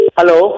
Hello